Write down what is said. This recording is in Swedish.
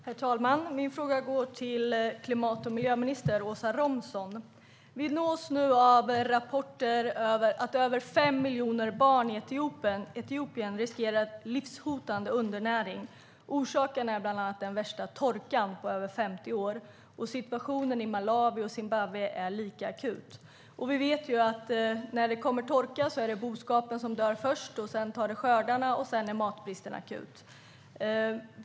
Herr talman! Min fråga går till klimat och miljöminister Åsa Romson. Vi nås nu av rapporter om att över 5 miljoner barn i Etiopien riskerar livshotande undernäring. Orsaken är bland annat den värsta torkan på över 50 år. Situationen i Malawi och Zimbabwe är lika akut. Vi vet att när det kommer torka är det boskapen som dör först, därefter drabbas skördarna, och sedan är matbristen akut.